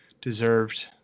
deserved